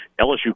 LSU